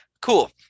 Cool